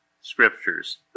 scriptures